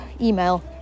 email